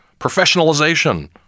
Professionalization